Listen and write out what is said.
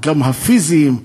גם הפיזיים,